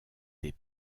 des